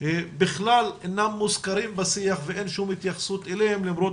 בכלל אינם מוזכרות בשיח ואין התייחסות אליהן למרות